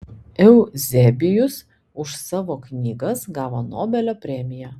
euzebijus už savo knygas gavo nobelio premiją